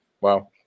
Wow